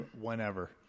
whenever